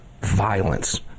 Violence